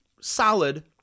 solid